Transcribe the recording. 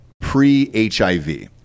pre-HIV